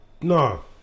No